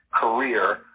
career